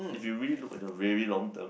if you really look the very long term